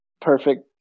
perfect